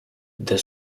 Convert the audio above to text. the